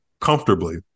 comfortably